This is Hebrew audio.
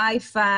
wi-fi,